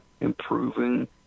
improving